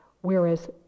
Whereas